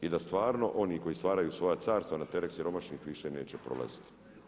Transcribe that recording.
I da stvarno oni koji stvaraju svoja carstva na teret siromašnih više neće prolaziti.